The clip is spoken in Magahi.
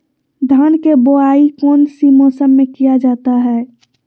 धान के बोआई कौन सी मौसम में किया जाता है?